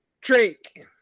drake